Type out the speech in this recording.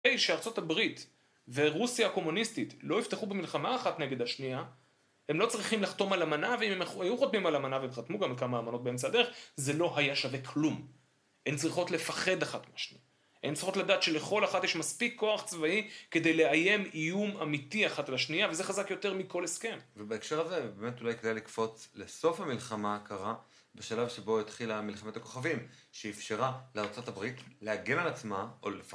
שארצות הברית ורוסיה הקומוניסטית לא יפתחו במלחמה אחת נגד השנייה, הם לא צריכים לחתום על אמנה, ואם היו חותמים על אמנה והם חתמו גם לכמה אמנות באמצע הדרך, זה לא היה שווה כלום. הן צריכות לפחד אחת מהשניה. הן צריכות לדעת שלכל אחת יש מספיק כוח צבאי כדי לאיים איום אמיתי אחת לשנייה, וזה חזק יותר מכל הסכם. ובהקשר הזה באמת אולי כדאי לקפוץ לסוף המלחמה הקרה, בשלב שבו התחילה מלחמת הכוכבים, שאפשרה לארצות הברית להגן על עצמה או לפחד.